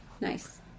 Nice